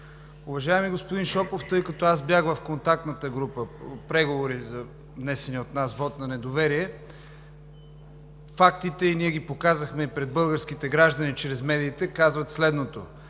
Уважаеми господин Шопов, тъй като аз бях в контактната група по преговорите за внесения от нас вот на недоверие, фактите, ние показахме и пред българските граждани чрез медиите, казват следното: